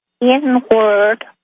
inward